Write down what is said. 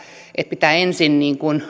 että pitää ensin